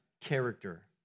character